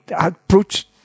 approach